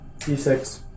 D6